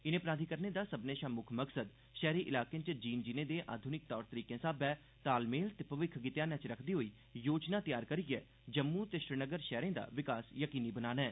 इनें प्राधिकरणें दा सब्भनें दा मुक्ख मकसद शैहरी इलाकें च जीन जीने दे आधुनिक तौर तरीकें स्हाबै तालमेल ते भविक्ख गी ध्यान च रक्खदे होई योजना तैयार करियै श्रीनगर ते जम्मू शैहरें दा विकास यकीनी बनाना ऐ